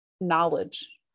knowledge